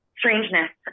strangeness